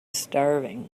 starving